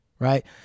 Right